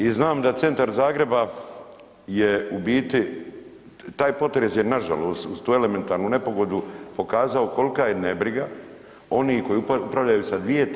I znam da centar Zagreba je u biti, taj potres je nažalost uz tu elementarnu nepogodu pokazao kolka je nebriga onih koji upravljaju sa 2/